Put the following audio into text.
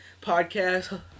podcast